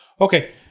Okay